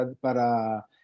para